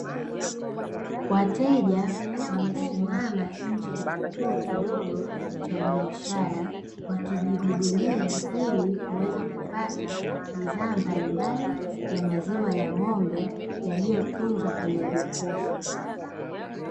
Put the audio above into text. Wateja wamesimama nje ya kituo kidogo cha biashara, wakijihudumia ili kuweza kupata bidhaa mbalimbali ya maziwa ya ng'ombe, yaliyotunzwa kwenye jokofu.